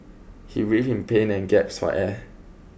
he writhed in pain and gasped for air